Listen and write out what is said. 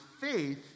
faith